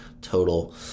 total